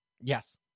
Yes